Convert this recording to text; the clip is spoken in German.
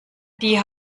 die